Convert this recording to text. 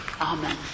Amen